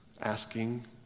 asking